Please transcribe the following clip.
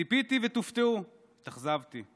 ציפיתי, ותופתעו, התאכזבתי.